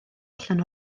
allan